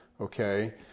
Okay